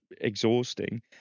exhausting